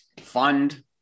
fund